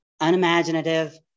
unimaginative